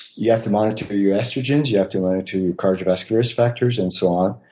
you have to monitor your estrogens, you have to monitor your cardiovascular risk factors and so on.